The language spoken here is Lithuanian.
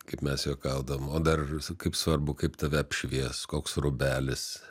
kaip mes juokaudavom o dar kaip svarbu kaip tave apšvies koks rūbelis